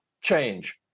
change